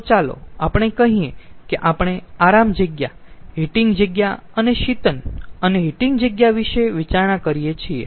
તો ચાલો આપણે કહીયે કે આપણે આરામ જગ્યા હીટિંગ જગ્યા અને શીતન અને હીટિંગ જગ્યા વિશે વિચારણા કરી રહ્યા છીએ